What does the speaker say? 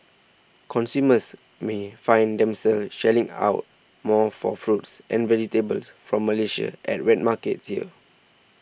consumers may find themselves shelling out more for fruits and vegetables from Malaysia at wet markets here